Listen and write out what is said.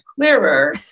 clearer